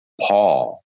Paul